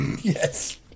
Yes